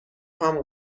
کام